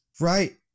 Right